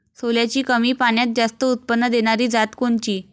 सोल्याची कमी पान्यात जास्त उत्पन्न देनारी जात कोनची?